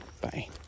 Bye